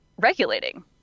regulating